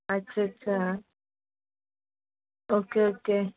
अच्छा अच्छा okay okay